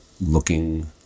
looking